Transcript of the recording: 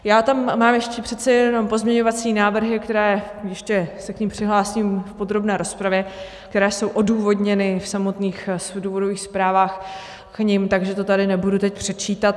Já tam mám ještě přece jenom pozměňovací návrhy, ke kterým se ještě přihlásím v podrobné rozpravě, které jsou odůvodněny v samotných důvodových zprávách k nim, takže to tady nebudu teď předčítat.